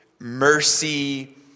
mercy